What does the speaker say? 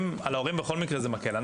בכל מקרה מקל.